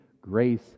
grace